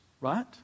right